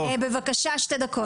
בבקשה.